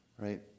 right